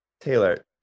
taylor